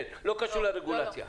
לא קשור לרגולציה.